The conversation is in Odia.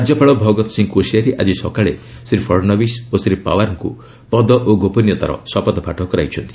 ରାଜ୍ୟପାଳ ଭଗତ ସିଂ କୋଶିଆରୀ ଆଜି ସକାଳେ ଶ୍ରୀ ଫଡନବିସ ଓ ଶ୍ରୀ ପାୱାରଙ୍କୁ ପଦ ଓ ଗୋପନୀୟତାର ଶପଥପାଠ କରାଇଛନ୍ତି